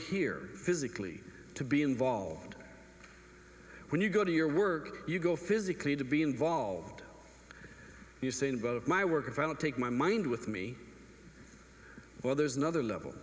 here physically to be involved when you go to your work you go physically to be involved you say in both of my work if i don't take my mind with me or there's another level